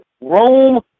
Rome